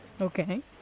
Okay